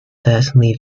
certainly